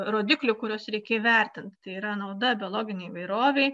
rodiklių kuriuos reikia įvertint tai yra nauda biologinei įvairovei